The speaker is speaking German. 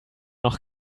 noch